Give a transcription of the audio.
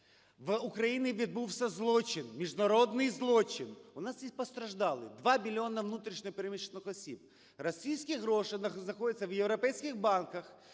В Україні відбувся злочин, міжнародний злочин. У нас є постраждалі: два мільйони внутрішньо переміщених осіб. Російські гроші знаходяться в європейських банках,